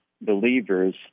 believers